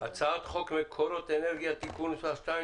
הצעת חוק מקורות אנרגיה (תיקון מס' 2),